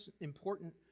important